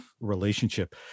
relationship